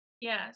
Yes